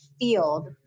field